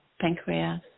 pancreas